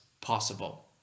possible